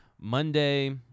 Monday